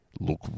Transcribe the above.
look